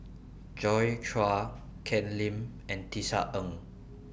Joi Chua Ken Lim and Tisa Ng